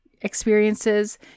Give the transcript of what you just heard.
experiences